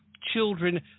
children